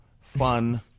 fun